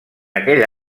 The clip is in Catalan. aquell